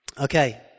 Okay